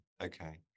Okay